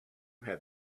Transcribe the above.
have